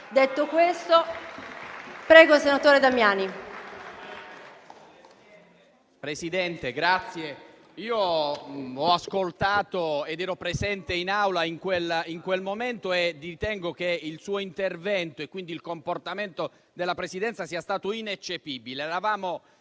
Presidente, grazie. Ho ascoltato, essendo presente in Aula in quel momento, e ritengo che il suo intervento e quindi il comportamento della Presidenza sia stato ineccepibile. Eravamo